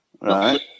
Right